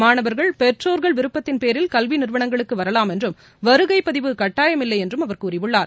மாணவர்கள் பெற்றோர்கள் விருப்பத்தின்பேரில் கல்வி நிறுவனங்களுக்கு வரலாம் என்றும் வருகைப்பதிவு கட்டாயமில்லை என்றும் அவர் கூறியுள்ளார்